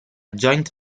joint